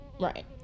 right